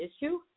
issue